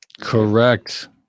Correct